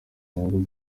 inyungu